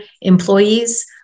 employees